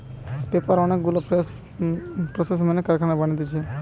paper অনেক গুলা process মেনে কারখানায় বানাতিছে